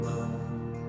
love